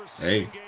hey